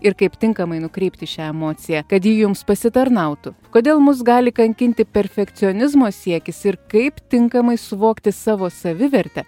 ir kaip tinkamai nukreipti šią emociją kad ji jums pasitarnautų kodėl mus gali kankinti perfekcionizmo siekis ir kaip tinkamai suvokti savo savivertę